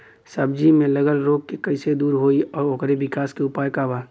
सब्जी में लगल रोग के कइसे दूर होयी और ओकरे विकास के उपाय का बा?